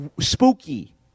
spooky